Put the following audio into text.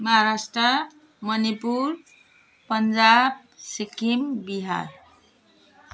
Maharashtra Manipur Punjab Sikkim Bihar